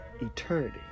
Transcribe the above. eternity